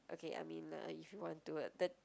okay I mean uh if you want do a turn